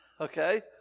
okay